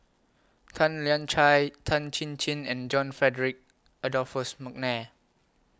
Tan Lian Chye Tan Chin Chin and John Frederick Adolphus Mcnair